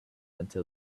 until